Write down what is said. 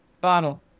Bottle